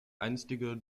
einstige